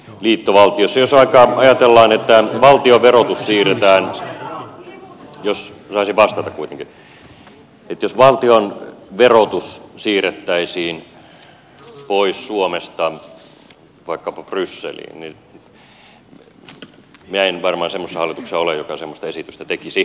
jos vaikka ajatellaan että valtion verotus siirretään jos saisin vastata kuitenkin että jos valtion verotus siirrettäisiin pois suomesta vaikkapa brysseliin niin minä en varmaan semmoisessa hallituksessa ole joka semmoista esitystä tekisi